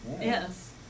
Yes